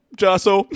jasso